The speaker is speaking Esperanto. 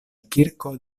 kirko